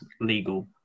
legal